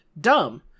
dumb